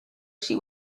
she